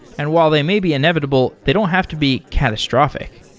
and while they may be inevitable, they don't have to be catastrophic.